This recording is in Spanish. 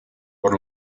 por